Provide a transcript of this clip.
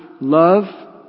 love